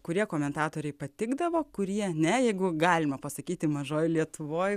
kurie komentatoriai patikdavo kurie ne jeigu galima pasakyti mažoj lietuvoj